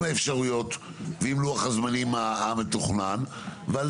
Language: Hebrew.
עם האפשרויות ועם לוח הזמנים המתוכנן ועל